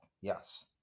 Yes